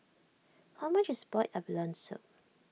how much is Boiled Abalone Soup